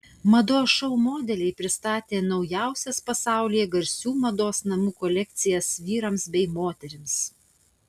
mados šou modeliai pristatė naujausias pasaulyje garsių mados namų kolekcijas vyrams bei moterims